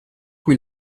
cui